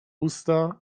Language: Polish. usta